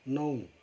नौ